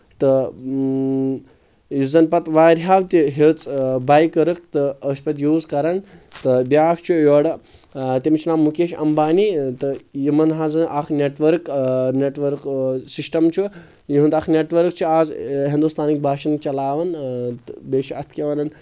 تہٕ یُس زن پتہٕ واریاہو تہِ ہیٚژ باے کرکھ تہٕ ٲسۍ پَتہٕ یوٗز کران تہٕ بیاکھ چھُ یورٕ تٔمِس چھُ ناو مُکیش امبانی تہٕ یِمن حظ اکھ نیٹؤرک نیٹؤرٕک سِسٹَم چھُ یِہُنٛد اکھ نیٹؤرٕک چھُ آز ہندوستانٕکۍ باشند چلاوان تہٕ بیٚیہِ چھِ اتھ کیاہ وَنان